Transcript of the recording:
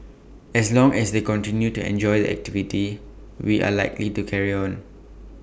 as long as they continue to enjoy the activity we are likely to carry on